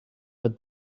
but